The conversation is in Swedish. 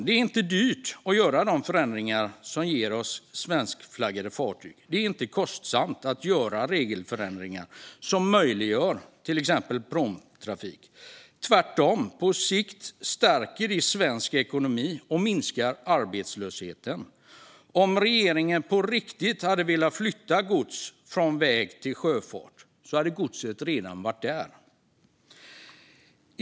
Det är inte dyrt att göra de förändringar som ger oss svenskflaggade fartyg. Det är inte kostsamt att göra regelförändringar som möjliggör till exempel pråmtrafik. Tvärtom stärker det på sikt svensk ekonomi och minskar arbetslösheten. Om regeringen på riktigt hade velat flytta gods från väg till sjöfart hade godset redan varit där.